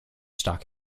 stock